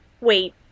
Wait